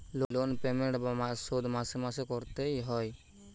loan payment বা শোধ মাসে মাসে করতে এ হয়